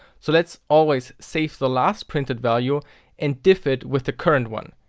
so let's always safe the last printed value and diff it with the current one.